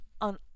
on